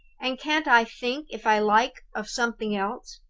and can't i think, if i like, of something else?